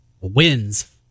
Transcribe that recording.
wins